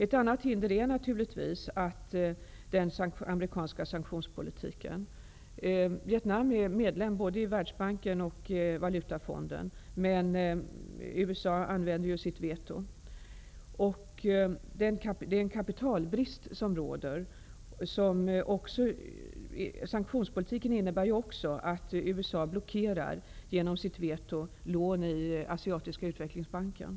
Ett annat hinder är naturligtvis den amerikanska sanktionspolitiken. Vietnam är medlem både i använder ju sitt veto. Det råder även en kapitalbrist. Sanktionspolitiken innebär ju också att USA genom sitt veto blockerar lån i Asiatiska utvecklingsbanken.